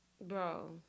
Bro